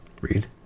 Read